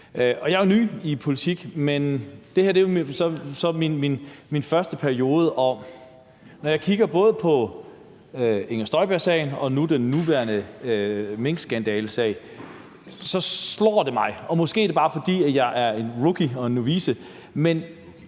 Jeg er jo ny i politik, og det her er så min første periode. Og når jeg kigger på både Inger Støjberg-sagen og den igangværende minkskandalesag, så slår det mig – og måske er det bare, fordi jeg er en rookie og en novice